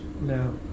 No